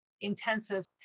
intensive